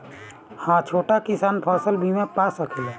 हा छोटा किसान फसल बीमा पा सकेला?